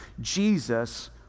Jesus